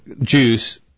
juice